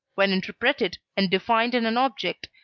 when interpreted and defined in an object,